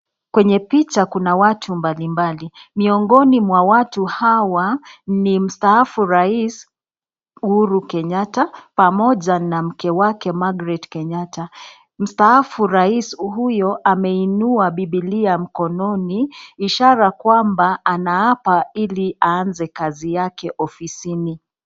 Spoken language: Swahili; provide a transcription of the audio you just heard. Kwenye picha kuna watu mbalimbali, miongoni mwa watu hawa ni mstaafu rais Uhuru Kenyatta pamoja na mke wake Margret Kenyatta. Mstaafu rais huyo ameinua bibilia mkononi ishara kwamba anaapa ili aanze kazi yake ofisini.